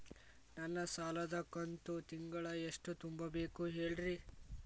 ನನ್ನ ಸಾಲದ ಕಂತು ತಿಂಗಳ ಎಷ್ಟ ತುಂಬಬೇಕು ಹೇಳ್ರಿ?